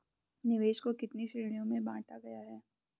निवेश को कितने श्रेणियों में बांटा गया है?